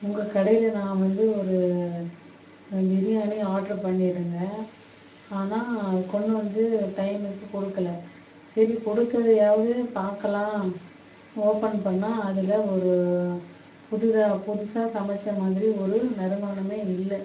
உங்கள் கடையில் நான் வந்து ஒரு பிரியாணி ஆர்ட்ரு பண்ணி இருந்தேன் ஆனால் கொண்டு வந்து டைமுக்கு கொடுக்கல சரி கொடுத்ததையாவது பார்க்கலாம் ஓபன் பண்ணால் அதில் ஒரு புதிதாக புதுசாக சமைச்ச மாதிரி ஒரு நறுமணமே இல்லை